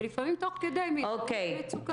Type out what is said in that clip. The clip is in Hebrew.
ולפעמים תוך כדי הם יראו את המצוקה.